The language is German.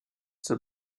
zur